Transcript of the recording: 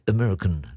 American